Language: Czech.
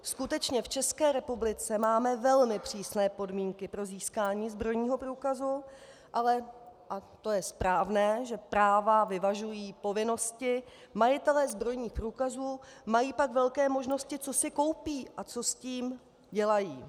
Skutečně v České republice máme velmi přísné podmínky pro získání zbrojního průkazu, ale, a to je správné, že práva vyvažují povinnosti, majitelé zbrojních průkazů mají pak velké možnosti, co si koupí a co s tím dělají.